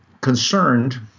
concerned